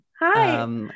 Hi